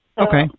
Okay